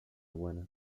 buena